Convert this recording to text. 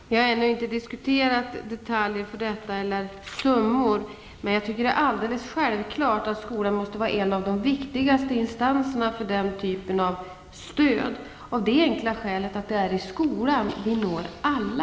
Fru talman! Vi har ännu inte diskuterat detaljer för detta eller summor. Men det är alldeles självklart att skolan måste vara en av de viktigaste instanserna för den typen av stöd av det enkla skälet att det är i skolan vi når alla.